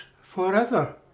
forever